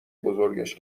بزرگش